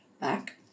back